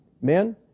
Men